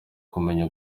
kumenya